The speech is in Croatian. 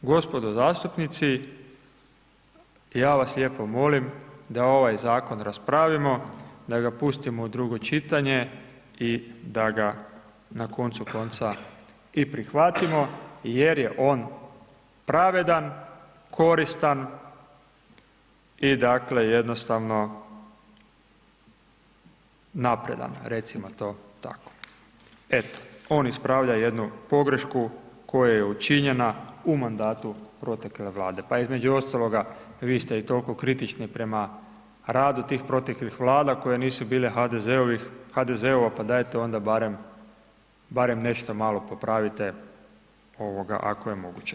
Gospodo zastupnici, ja vas lijepo molim da ovaj zakon raspravimo, da ga pustimo u drugo čitanje i da ga na koncu konca i prihvatimo jer je on pravedan, koristan i dakle, jednostavno napredan, recimo to tako, eto, on ispravlja jednu pogrešku koja je učinjena u mandatu protekle Vlade, pa između ostaloga, vi ste i toliko kritični prema radu tih proteklih Vlada koje nisu bile HZD-ove, pa dajte onda barem, barem nešto malo popravite ako je moguće.